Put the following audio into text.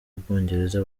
bwongereza